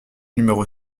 numéro